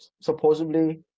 supposedly